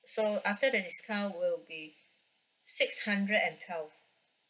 so after the discount will be six hundred and twelve